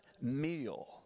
meal